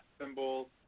symbol